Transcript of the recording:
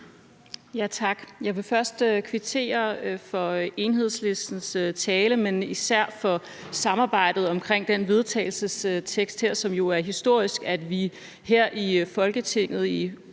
Tak. Jeg vil først kvittere for Enhedslistens tale og især for samarbejdet omkring den vedtagelsestekst her, som jo er historisk, nemlig på den måde, at vi her i Folketinget i